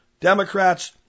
Democrats